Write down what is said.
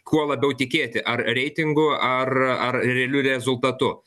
kuo labiau tikėti ar reitingu ar ar realiu rezultatu